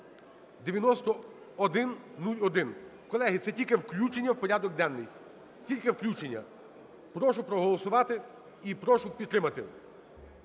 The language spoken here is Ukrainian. (9101). Колеги, це тільки включення в порядок денний, тільки включення. Прошу проголосувати і прошу підтримати: